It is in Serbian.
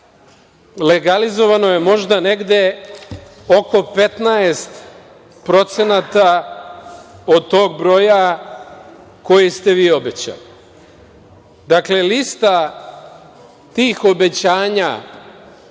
Legalizovano je možda negde oko 15% od tog broja koji ste vi obećali. Dakle, lista tih obećanja